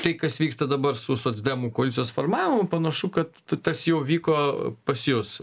tai kas vyksta dabar su socdemų koalicijos formavimu panašu kad tas jau vyko pas jus